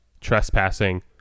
trespassing